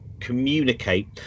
communicate